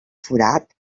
forat